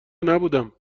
نبودم